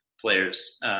players